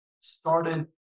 started